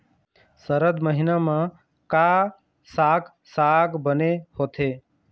सरद महीना म का साक साग बने होथे?